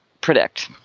predict